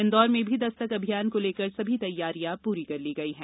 इंदौर में भी दस्तक अभियान को लेकर सभी तैयारियां पूरी कर ली गई है